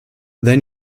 then